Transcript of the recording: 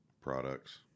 Products